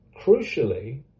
crucially